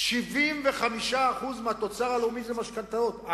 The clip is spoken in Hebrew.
75% מהתוצר הלאומי זה משכנתאות.